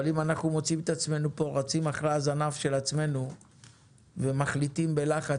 אבל שלא נמצא את עצמנו כאן רצים אחרי הזנב של עצמנו ומחליטים בלחץ